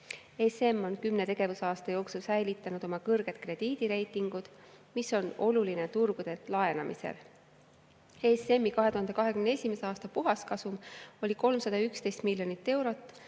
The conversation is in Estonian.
on 10 tegevusaasta jooksul säilitanud oma kõrged krediidireitingud. See on oluline turgudelt laenamisel. ESM-i 2021. aasta puhaskasum oli 311 miljonit eurot,